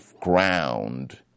ground